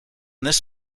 this